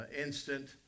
instant